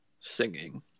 singing